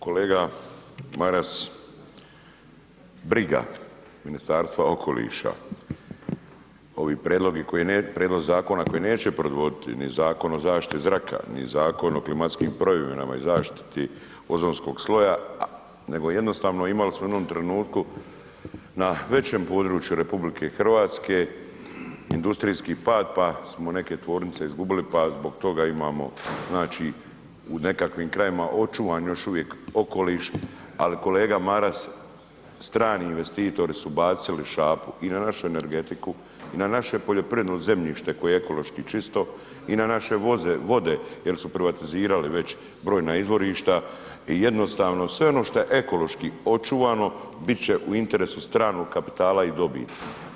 Kolega Maras briga Ministarstva okoliša, ovi prijedlozi zakona koji neće predvoditi ni Zakon o zaštiti zraka, ni Zakon o klimatskim promjenama i zaštiti ozonskog sloja nego jednostavno imali smo u jednom trenutku na većem području RH industrijski pad, pa smo neke tvornice izgubili pa zbog toga imamo znači u nekakvim krajevima očuvan još uvijek okoliš, al kolega Maras strani investitori su bacili šapu i na našu energetiku i na naše poljoprivredno zemljište koje je ekološki čisto i na naše vode jer su privatizirali već brojna izvorišta i jednostavno sve ono šta je ekološki očuvano bit će u interesu stranog kapitala i dobiti.